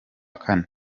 kane